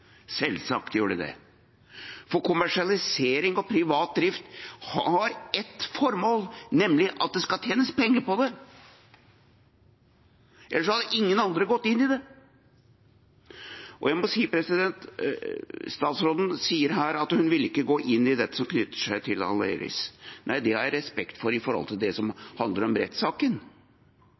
selvsagt gjør det det, for kommersialisering og privat drift har ett formål, nemlig at det skal tjenes penger på det, ellers hadde ingen andre gått inn i det. Og jeg må si: Statsråden sier her at hun ikke vil gå inn i det som knytter seg til Aleris. Nei, det har jeg respekt for, med tanke på det som handler om rettssaken.